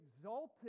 exalted